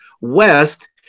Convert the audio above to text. west